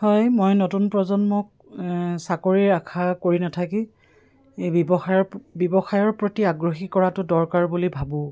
হয় মই নতুন প্ৰজন্মক চাকৰিৰ আশা কৰি নাথাকি ব্যৱসায়ৰ ব্যৱসায়ৰ প্ৰতি আগ্ৰহী কৰাটো দৰকাৰ বুলি ভাবোঁ